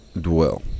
dwell